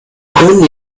langen